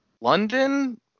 london